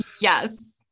yes